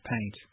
paint